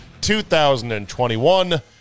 2021